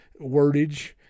wordage